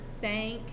Thank